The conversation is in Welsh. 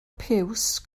piws